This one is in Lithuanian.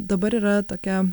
dabar yra tokia